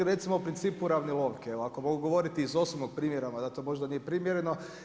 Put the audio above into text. Recimo u principu uravnilovke ako mogu govoriti iz osobnog primjera mada to možda nije primjereno.